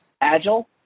agile